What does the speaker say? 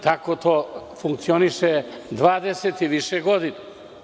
Tako to funkcioniše 20 i više godina.